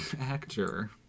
actor